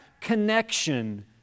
connection